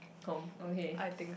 home okay